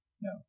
No